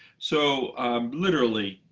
so literally,